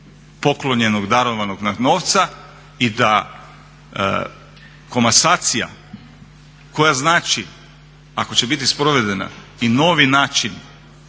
poklonjenog, darovanog nam novca i da komasacija koja znači ako će biti sprovedena i novi način